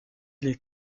les